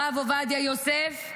הרב עובדיה יוסף,